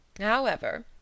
However